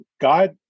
God